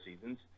seasons